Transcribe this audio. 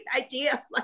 idea